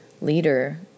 leader